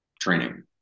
training